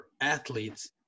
athletes